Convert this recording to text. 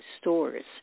stores